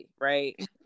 right